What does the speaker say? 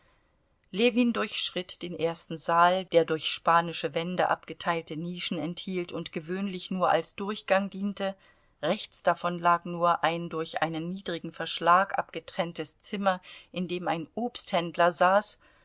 ljewin durchschritt den ersten saal der durch spanische wände abgeteilte nischen enthielt und gewöhnlich nur als durchgang diente rechts davon lag ein nur durch einen niedrigen verschlag abgetrenntes zimmer in dem ein obsthändler saß